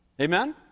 Amen